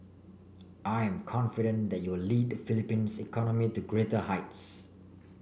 I am confident that you'll lead Philippines economy to greater heights